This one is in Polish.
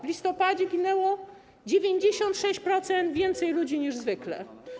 W listopadzie zginęło 96% więcej ludzi niż zwykle.